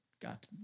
Got